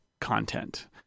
content